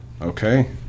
Okay